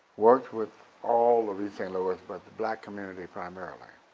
worked with all of east st. louis but the black community primarily.